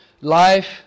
life